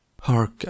Hark